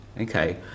Okay